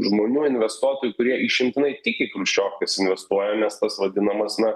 žmonių investuotojų kurie išimtinai tik į chruščiovkes investuoja nes tas vadinamas na